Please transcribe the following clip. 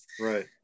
right